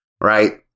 right